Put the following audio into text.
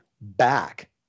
back